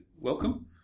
welcome